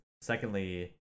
secondly